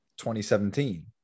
2017